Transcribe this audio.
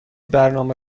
برنامه